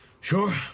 Sure